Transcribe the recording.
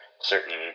certain